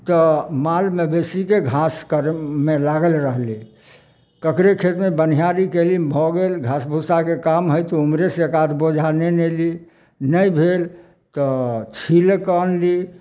तऽ माल मबेशीके घास करयमे लागल रहली ककरे खेतमे बनिहारी कयली भऽ गेल घास भुस्साके काम हइ तऽ ओम्हरे से एक आध बोझा नेने अयली नहि भेल तऽ छीलकऽ अनली